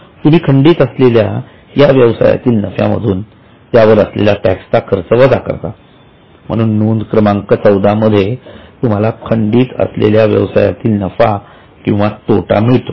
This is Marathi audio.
तुम्ही खंडित असलेल्या या व्यवसायातील नफ्यामधून त्यावर असलेला टॅक्सचा खर्च वजा करता म्हणून नोंद क्रमांक 14 मध्ये तुम्हाला खंडित असलेल्या व्यवसायातील नफा किंवा तोटा मिळतो